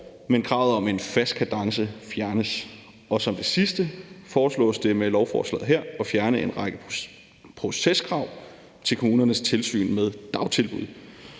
men kravet om en fast kadence fjernes. Som det sidste foreslås det med lovforslaget her at fjerne en række proceskrav til kommunernes tilsyn med dagtilbuddet.